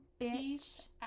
bitch